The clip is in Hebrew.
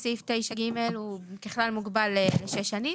זו הסמכה לתקנות.